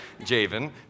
Javen